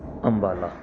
Ambala